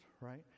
right